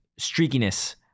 streakiness